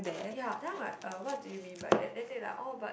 ya then I'm like uh what do you mean by that then they like oh but